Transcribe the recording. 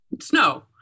snow